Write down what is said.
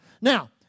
Now